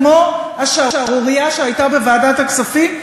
כמו השערורייה שהייתה בוועדת הכספים.